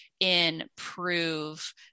improve